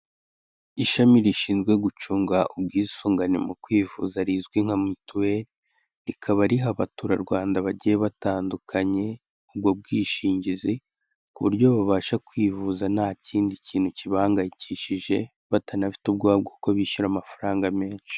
Ishami rishinzwe gucunga ubwisungane mu kwivuza rizwi nka mituweli, rikaba riha abaturarwanda bagiye batandukanye ubwo bwishingizi ku buryo babasha kwivuza nta kindi kintu kibahangayikishije, batanafite ubwoba bw'uko bishyura amafaranga menshi.